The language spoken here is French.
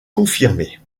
confirmée